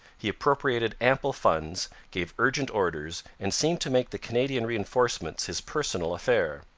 he appropriated ample funds, gave urgent orders, and seemed to make the canadian reinforcements his personal affair.